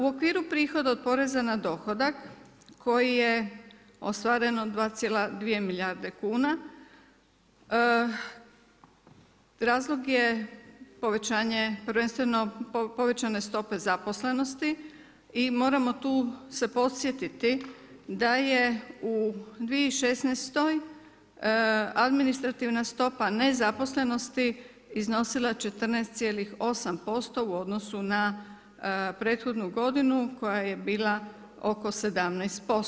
U okviru prihoda od poreza na dohodak koji je ostvaren od 2,2 milijarde kuna razlog je povećanje, prvenstveno, povećane stope zaposlenosti i moramo tu se podsjetiti, da je u 2016. administrativna stopa nezaposlenosti iznosila 14,8% u odnosu na prethodnu godinu koja je bila oko 17%